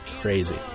Crazy